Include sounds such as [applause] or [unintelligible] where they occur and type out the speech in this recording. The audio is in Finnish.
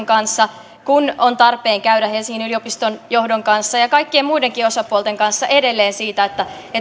[unintelligible] kanssa kuin on tarpeen käydä helsingin yliopiston johdon kanssa ja kaikkien muidenkin osapuolten kanssa edelleen siitä